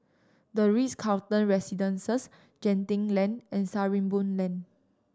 The Ritz Carlton Residences Genting Lane and Sarimbun Lane